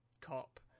cop